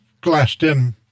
glassed-in